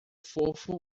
fofo